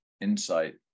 insight